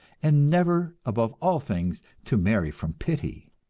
and never above all things to marry from pity,